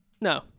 No